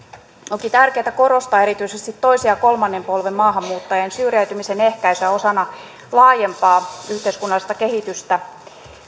onkin tärkeätä korostaa erityisesti toisen ja kolmannen polven maahanmuuttajien syrjäytymisen ehkäisyä osana laajempaa yhteiskunnallista kehitystä